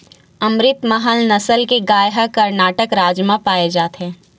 अमरितमहल नसल के गाय ह करनाटक राज म पाए जाथे